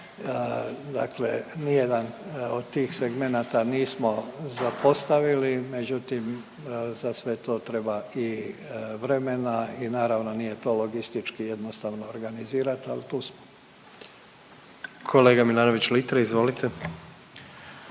Dakle ni jedan od tih segmenata nismo zapostavili međutim za sve to treba i vremena i naravno nije to logistički jednostavno organizirat al tu smo. **Jandroković, Gordan